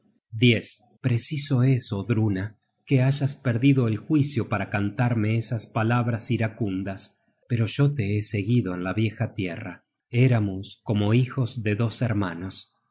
herencia preciso es odruna que hayas perdido el juicio para cantarme esas palabras iracundas pero yo te he seguido en la vieja tierra éramos como hijos de dos hermanos